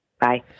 Bye